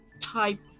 type